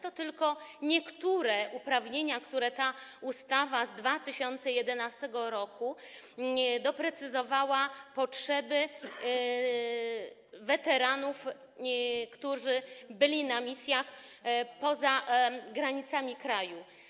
To tylko niektóre uprawnienia, które ta ustawa z 2011 r. doprecyzowała na potrzeby weteranów, którzy byli na misjach poza granicami kraju.